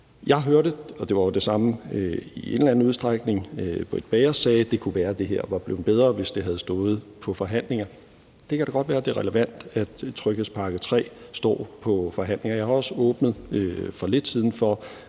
Jeg hørte – og det var i en eller anden udstrækning det samme, Britt Bager sagde – at det kunne være, at det her var blevet bedre, hvis det havde stået på forhandlinger. Det kan da godt være, det er relevant, at den tredje tryghedspakke står på forhandlinger. Jeg har også for lidt siden